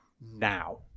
now